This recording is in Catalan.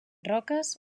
roques